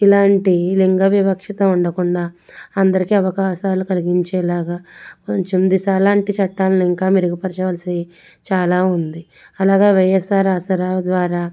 ఇలాంటి లింగ వివక్షత ఉండకుండా అందరికి అవకాశాలు కలిగించేలాగ కొంచెం దిశా లాంటి చట్టాలని ఇంకా మెరుగు పరచవలసి చాలా ఉంది అలాగే వైఎస్ఆర్ ఆసరా ద్వారా